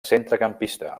centrecampista